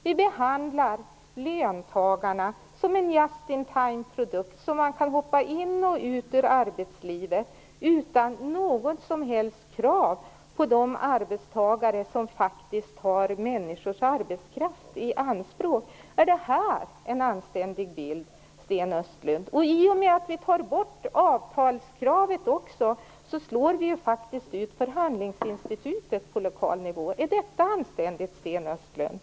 Vi behandlar löntagarna som en just-in-time-produkt som kan hoppa in och ut ur arbetslivet utan något som helst krav på de arbetsgivare som faktiskt tar människors arbetskraft i anspråk. Är det här en anständig bild, Sten Östlund? I och med att vi tar bort avtalskravet också, slår vi faktiskt ut förhandlingsinstitutet på lokal nivå. Är detta anständigt, Sten Östlund?